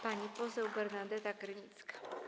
Pani poseł Bernadeta Krynicka.